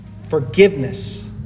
forgiveness